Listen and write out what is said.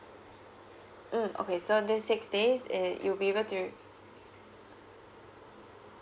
mm okay so this six days eh you'll be able to